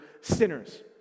sinners